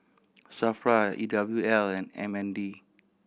SAFRA E W L and M N D